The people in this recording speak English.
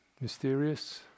Mysterious